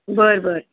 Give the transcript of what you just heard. बरं बरं